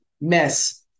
mess